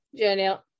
janelle